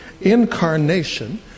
incarnation